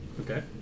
Okay